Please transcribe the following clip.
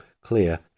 clear